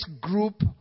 group